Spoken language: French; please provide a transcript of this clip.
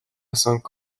cinq